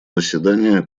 заседания